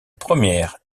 première